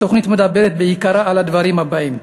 התוכנית מדברת בעיקרה על הדברים הבאים: